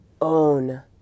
own